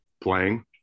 playing